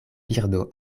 birdo